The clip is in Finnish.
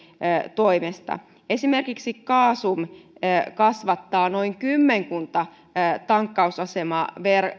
toimesta esimerkiksi gasum kasvattaa noin kymmenkunta tankkausasemaa